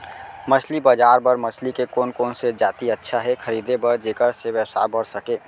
मछली बजार बर मछली के कोन कोन से जाति अच्छा हे खरीदे बर जेकर से व्यवसाय बढ़ सके?